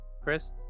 Chris